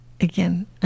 again